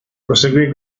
proseguì